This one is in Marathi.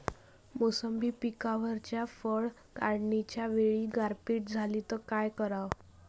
मोसंबी पिकावरच्या फळं काढनीच्या वेळी गारपीट झाली त काय कराव?